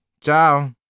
Ciao